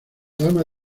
dama